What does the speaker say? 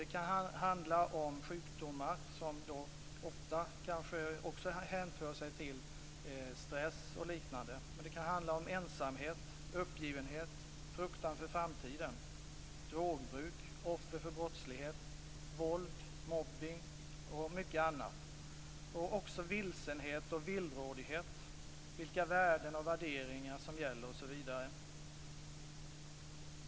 Det kan handla om sjukdomar som ofta hänför sig till stress och liknande. Men det kan också handla om ensamhet, uppgivenhet, fruktan för framtiden, drogbruk, offer för brottslighet, våld, mobbning och mycket annat. Det kan även vara fråga om vilsenhet och villrådighet om vilka värden och värderingar som gäller.